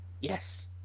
Yes